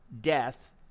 death